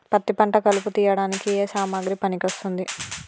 పత్తి పంట కలుపు తీయడానికి ఏ సామాగ్రి పనికి వస్తుంది?